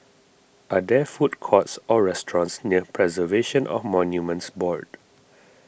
are there food courts or restaurants near Preservation of Monuments Board